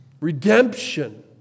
redemption